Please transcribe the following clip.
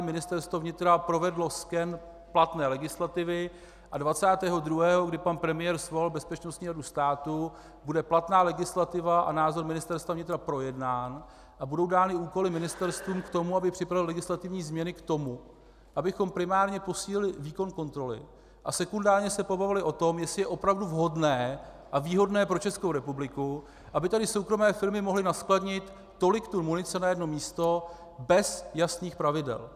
Ministerstvo vnitra provedlo sken platné legislativy a dvacátého druhého, kdy pan premiér svolal Bezpečnostní radu státu, bude platná legislativa a názor Ministerstva vnitra projednán a budou dány úkoly ministerstvům k tomu, aby připravila legislativní změny k tomu, abychom primárně posílili výkon kontroly a sekundárně se pobavili o tom, jestli je opravdu vhodné a výhodné pro Českou republiku, aby tady soukromé firmy mohly naskladnit tolik tun munice na jednom místě bez jasných pravidel.